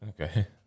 Okay